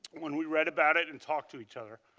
when we read about it, and talked to each other.